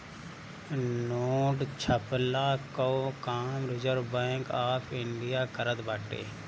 note छ्पला कअ काम रिजर्व बैंक ऑफ़ इंडिया करत बाटे